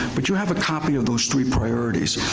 but you have a copy of those three priorities.